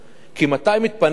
כי מתי מתפנית דירה?